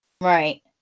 Right